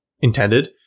intended